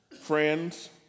Friends